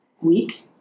week